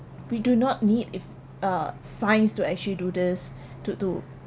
we do not need if uh science to actually do this to to